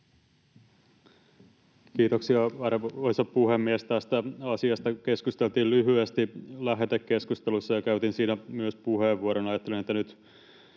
Kiitoksia, arvoisa puhemies! Tästä asiasta keskusteltiin lyhyesti lähetekeskustelussa, ja käytin siinä puheenvuoron.